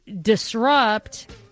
disrupt